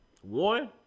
One